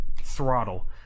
throttle